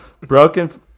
Broken